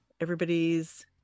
everybody's